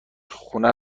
خونه